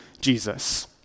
Jesus